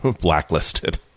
blacklisted